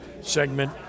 segment